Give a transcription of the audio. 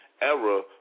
Era